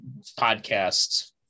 podcasts